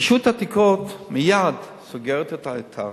רשות העתיקות מייד סוגרת את האתר